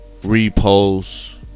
Repost